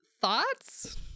Thoughts